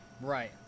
right